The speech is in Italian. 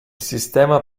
sistema